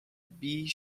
bee